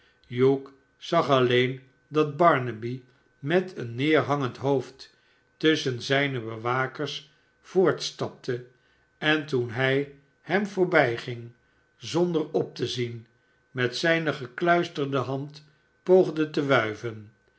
zag alleen dat barnaby met een neerhangend hoofd tusschen zijne bewakers voortstapte en toen hij hem voorbijging zonder op te zien met zijne gekluisterde hand poogde te wuiven